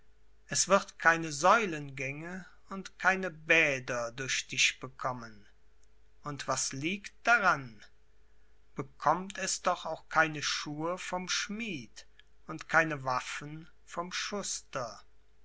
es wird keine säulengänge und keine bäder durch dich bekommen und was liegt daran bekommt es doch auch keine schuhe vom schmied und keine waffen vom schuster